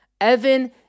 Evan